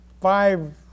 five